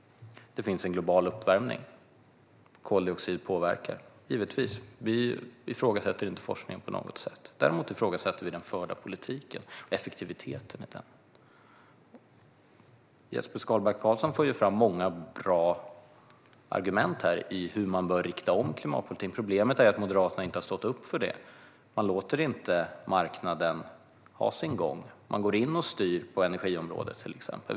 Det finns en global uppvärmning. Koldioxid påverkar - givetvis. Vi ifrågasätter inte forskningen på något sätt. Däremot ifrågasätter vi den förda politiken och effektiviteten i den. Jesper Skalberg Karlsson för fram många bra argument när det gäller hur man bör rikta om klimatpolitiken. Problemet är att Moderaterna inte har stått upp för detta. Man låter inte marknaden ha sin gång utan går in och styr på energiområdet, till exempel.